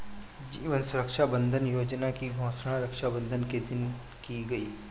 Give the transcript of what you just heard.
जीवन सुरक्षा बंधन योजना की घोषणा रक्षाबंधन के दिन की गई